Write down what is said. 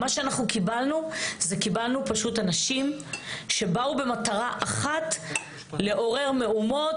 מה שקיבלנו זה אנשים שבאו במטרה אחת והיא לעורר מהומות.